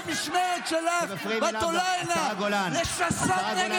השרה גולן, לשבת.